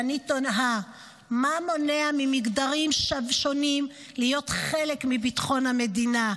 אני תוהה מה מונע ממגדרים שונים להיות חלק מביטחון המדינה?